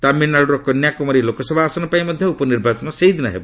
ତାମିଲନାଡୁର କନ୍ୟାକୁମାରୀ ଲୋକସଭା ଆସନ ପାଇଁ ମଧ୍ୟ ଉପନିର୍ବାଚନ ସେହିଦିନ ହେବ